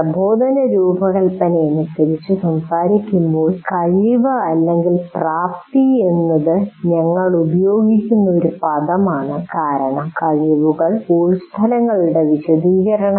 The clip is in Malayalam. പ്രബോധന രൂപകൽപ്പനയെക്കുറിച്ച് സംസാരിക്കുമ്പോൾ കഴിവ്പ്രാപ്തി എന്നത് ഞങ്ങൾ ഉപയോഗിക്കുന്ന ഒരു പദമാണ് കാരണം കഴിവുകൾ കോഴ്സ് ഫലങ്ങളുടെ വിശദീകരണമാണ്